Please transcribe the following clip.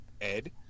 Ed